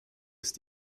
ist